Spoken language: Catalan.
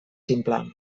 simple